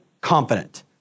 confident